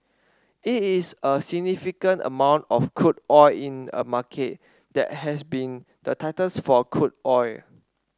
it is a significant amount of crude oil in a market that has been the tightest for crude oil